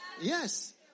Yes